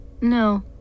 No